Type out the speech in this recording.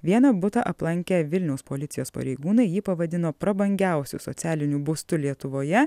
vieną butą aplankę vilniaus policijos pareigūnai jį pavadino prabangiausiu socialiniu būstu lietuvoje